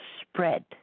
spread